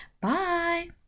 Bye